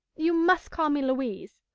you must call me louise,